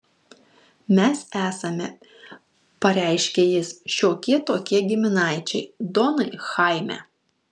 mes esame pareiškė jis šiokie tokie giminaičiai donai chaime